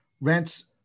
rents